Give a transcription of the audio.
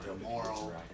immoral